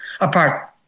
apart